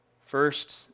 First